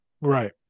Right